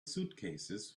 suitcases